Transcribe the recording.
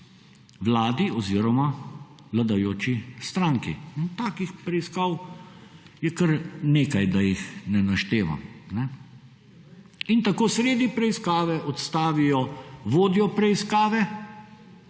vladi oziroma vladajoči stranki. Takih preiskav je kar nekaj, da jih ne naštevam. In tako sredi preiskave odstavijo vodjo preiskave,